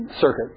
circuit